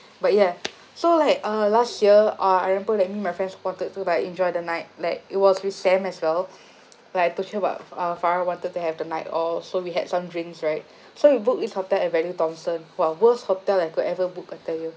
but ya so like uh last year uh I remember like me and my friends wanted to like enjoy the night like it was with sam as well like I told you about uh farah wanted to have the night off so we had some drinks right so we booked this hotel at value thompson !wow! worst hotel I could ever booked I tell you